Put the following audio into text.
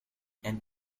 and